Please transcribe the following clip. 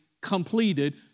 completed